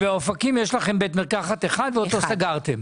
באופקים יש לכם בית מרקחת אחד שאותו סגרתם.